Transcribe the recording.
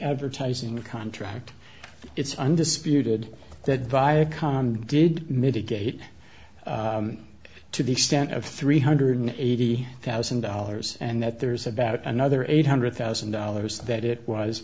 advertising a contract it's undisputed that viacom did mitigate to the extent of three hundred eighty thousand dollars and that there's about another eight hundred thousand dollars that it was